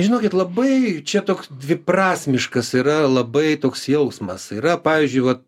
žinokit labai čia toks dviprasmiškas yra labai toks jausmas yra pavyzdžiuiva